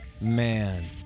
Man